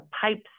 pipes